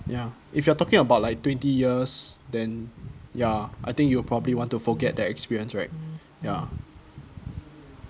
ya if you are talking about like twenty years then ya I think you will probably want to forget their experience right ya